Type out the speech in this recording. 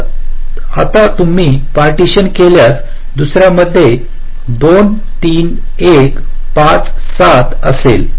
तर आता तुम्ही पार्टीशन केल्यास दुसर्यामध्ये 2 3 1 5 7 असेल